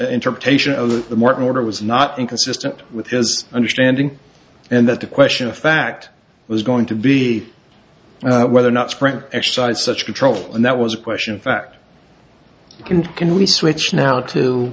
interpretation of the morton order was not inconsistent with his understanding and that the question of fact was going to be whether or not sprint exercised such control and that was a question fact and can we switch now to